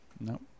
no